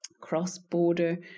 cross-border